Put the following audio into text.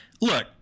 look